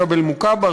ג'בל-מוכבר,